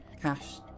cash